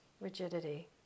rigidity